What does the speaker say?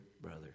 brother